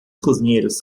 cozinheiros